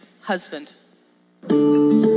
husband